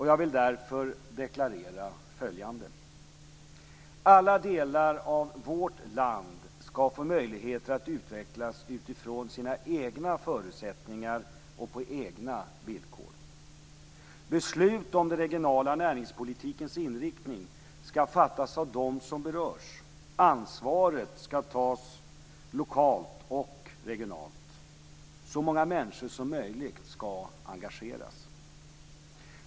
Jag vill därför deklarera följande: Alla delar av vårt land skall få möjligheter att utvecklas utifrån sina egna förutsättningar och på egna villkor. Beslut om den regionala näringspolitikens inriktning skall fattas av dem som berörs. Ansvaret skall tas lokalt och regionalt. Så många människor som möjligt skall engageras.